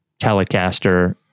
Telecaster